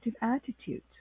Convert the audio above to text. attitude